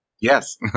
yes